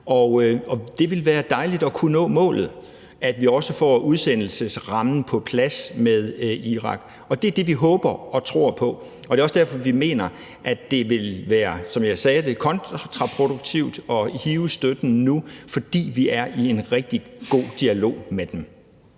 Det ville være dejligt at kunne nå målet, altså at vi også fik udsendelsesrammen på plads med Irak, og det er det, vi håber og tror på. Det er også derfor, vi mener, at det, som jeg sagde, ville være kontraproduktivt at trække støtten nu. For vi er i en rigtig god dialog med dem.